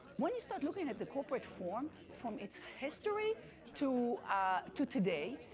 when you start looking at the corporate form from it's history to ah to today,